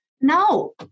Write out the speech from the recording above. no